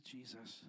Jesus